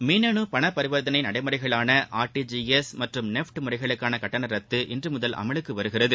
மின்னனு பணப்பரிவர்த்தனை நடைமுறைகளான ஆர்டிஜிஎஸ் மற்றும் நெஃப்ட் முறைகளுக்கான கட்டண ரத்து இன்று முதல் அமலுக்கு வருகிறது